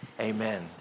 Amen